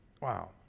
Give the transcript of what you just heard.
Wow